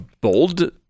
bold